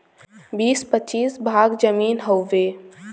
बीसे पचीस भाग जमीन हउवे